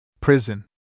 Prison